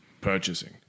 purchasing